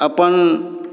अपन